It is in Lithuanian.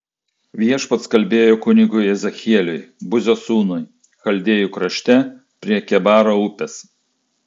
viešpats kalbėjo kunigui ezechieliui buzio sūnui chaldėjų krašte prie kebaro upės